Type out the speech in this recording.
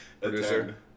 Producer